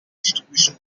distribution